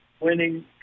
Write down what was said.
winning